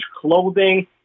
clothing